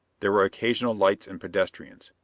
there were occasional lights and pedestrians.